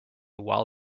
while